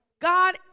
God